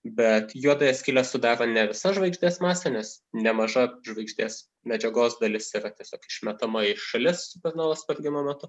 bet juodąją skylę sudaro ne visa žvaigždės masė nes nemaža žvaigždės medžiagos dalis yra tiesiog išmetama į šalis supernovos sprogimo metu